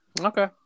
okay